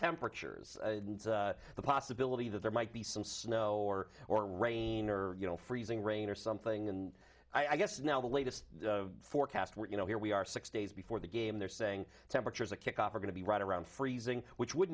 temperatures the possibility that there might be some snow or or rain or you know freezing rain or something and i guess now the latest forecast where you know here we are six days before the game they're saying temperatures a kickoff are going to be right around freezing which would